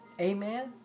Amen